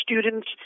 students